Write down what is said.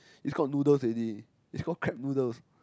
it's called noodles already it's called crab noodles